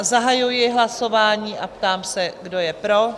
Zahajuji hlasování a ptám se, kdo je pro?